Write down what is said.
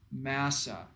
Massa